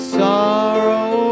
sorrow